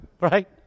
Right